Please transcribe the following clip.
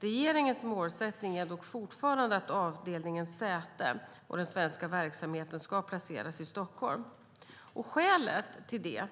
Regeringens målsättning är dock fortfarande att avdelningens säte och den svenska verksamheten ska placeras i Stockholm. Skälet till detta